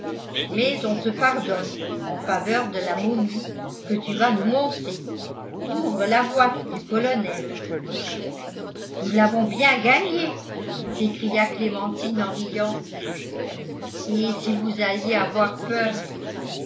mais on te pardonne en faveur de la momie que tu vas nous montrer ouvre la boîte du colonel nous l'avons bien gagné s'écria clémentine en riant et si vous alliez avoir peur